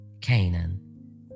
Canaan